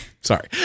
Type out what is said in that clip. sorry